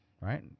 Right